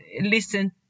listen